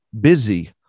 busy